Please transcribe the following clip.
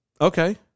Okay